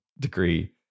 degree